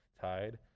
tied